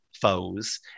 foes